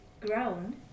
ground